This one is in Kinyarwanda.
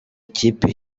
ikipe